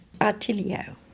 Artilio